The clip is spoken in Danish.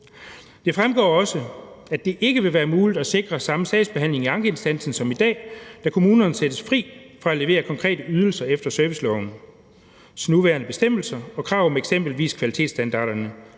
Det fremgår også, at det ikke vil være muligt at sikre samme sagsbehandling i ankeinstansen som i dag, da kommunerne sættes fri fra at levere konkrete ydelser efter servicelovens nuværende bestemmelser og krav om eksempelvis kvalitetsstandarderne,